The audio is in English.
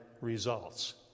results